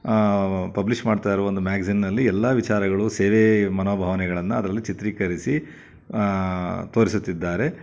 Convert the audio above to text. publish ಮಾಡ್ತಾ ಇರೋ ಒಂದು ಮ್ಯಾಗ್ಜಿನ್ನಲ್ಲಿ ಎಲ್ಲ ವಿಚಾರಗಳೂ ಸೇವೆ ಮನೋಭಾವನೆಗಳನ್ನು ಅದರಲ್ಲಿ ಚಿತ್ರೀಕರಿಸಿ ತೋರಿಸುತ್ತಿದ್ದಾರೆ